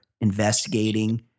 investigating